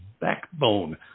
Backbone